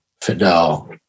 Fidel